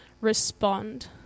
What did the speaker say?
respond